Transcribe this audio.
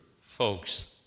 folks